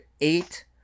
eight